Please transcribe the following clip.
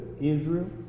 Israel